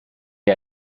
wir